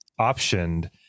optioned